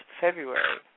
February